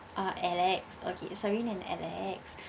uh alex okay serene and alex